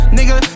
Nigga